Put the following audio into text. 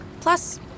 Plus